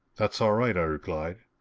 that's all right, i replied.